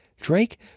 drake